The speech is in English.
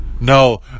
No